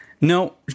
No